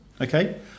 Okay